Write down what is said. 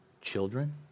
children